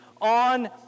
on